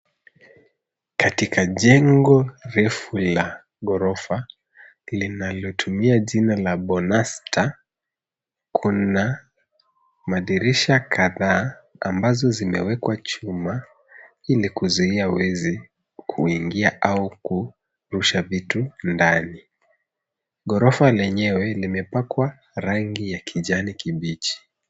Katika jengo refu la ghorofa linatumia jina la Bonasta, kuna madirisha kadhaa ambazo zimewekwwa chuma ili kuzuia wezi kuingia au kurusha vitu ndani, ghorofa enyewe imepakwa rangi ya kijani kibichi.